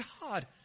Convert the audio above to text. God